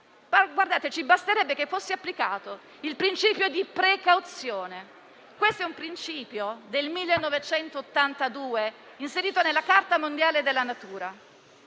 ci basterebbe che fosse applicato il principio di precauzione. Si tratta di un principio del 1982, inserito nella Carta mondiale della natura.